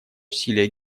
усилия